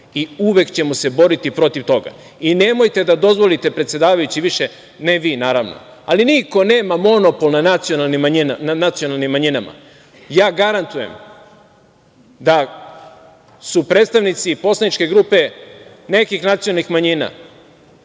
i uvek ćemo se boriti protiv toga.I, nemojte da dozvolite, predsedavajući više, ne vi naravno, ali niko nema monopol nad nacionalnim manjinama. Ja garantujem da su predstavnici poslaničke grupe nekih nacionalnih manjina,